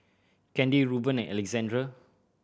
Kandy Ruben and Alexandre